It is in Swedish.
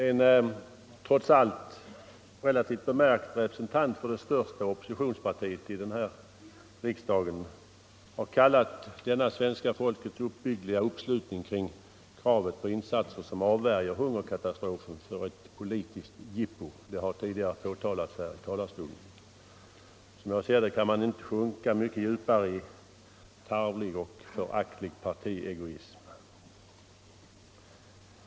En trots allt relativt bemärkt representant för det största oppositionspartiet i riksdagen har kallat denna svenska folkets uppbyggliga uppslutning kring kravet på insatser som avvärjer hungerkatastrofen för ”ett politiskt jippo”. Det har tidigare påtalats från denna talarstol. Som jag ser det kan man inte sjunka mycket djupare i tarvlig och föraktlig partiegoism.